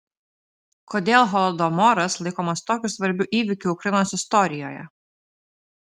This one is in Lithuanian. kodėl holodomoras laikomas tokiu svarbiu įvykiu ukrainos istorijoje